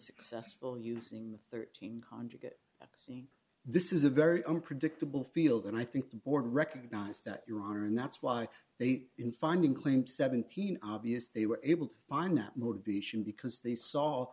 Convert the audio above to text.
successful using thirteen conjugate this is a very unpredictable field and i think the board recognized that your honor and that's why they in finding claim seventeen obvious they were able to find that motivation because they saw